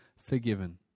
forgiven